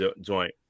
joint